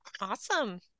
Awesome